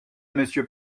monsieur